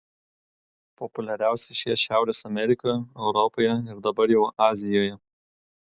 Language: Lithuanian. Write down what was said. populiariausi šie šiaurės amerikoje europoje ir dabar jau azijoje